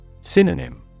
Synonym